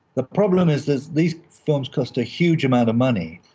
the problem is that these films cost a huge amount of money.